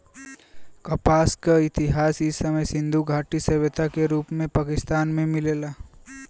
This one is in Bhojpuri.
कपास क इतिहास इ समय सिंधु घाटी सभ्यता के रूप में पाकिस्तान में मिलेला